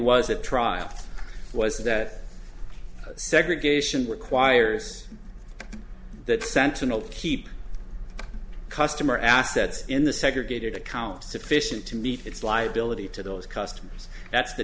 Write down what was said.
was at trial was that segregation requires that sentinel keep customer assets in the segregated account sufficient to meet its liability to those customs that's the